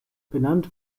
benannt